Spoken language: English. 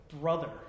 brother